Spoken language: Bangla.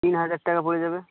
তিন হাজার টাকা পড়ে যাবে